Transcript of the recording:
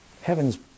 heavens